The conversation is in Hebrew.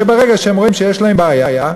שברגע שהם רואים שיש להם בעיה,